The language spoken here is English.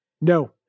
No